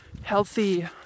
healthy